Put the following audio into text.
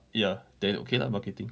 ya then okay lah marketing